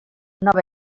nova